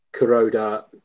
Kuroda